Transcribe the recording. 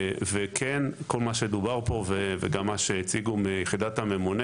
כל מה שדובר פה וגם מה שהציגו מיחידת הממונה